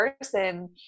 person